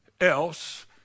else